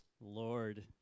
Lord